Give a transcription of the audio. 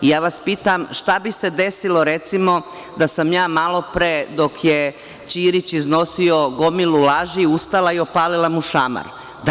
Pitam vas, šta bi se desilo recimo, da sam ja malo pre dok je Ćirić iznosio gomilu lažu ustala i opalila mu šamar?